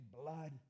blood